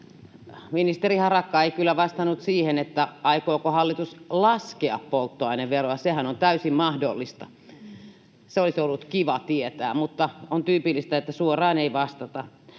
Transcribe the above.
Ministeri Harakka ei kyllä vastannut siihen, aikooko hallitus laskea polttoaineveroa. Sehän on täysin mahdollista. Se olisi ollut kiva tietää, mutta on tyypillistä, että suoraan ei vastata.